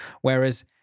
whereas